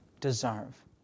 deserve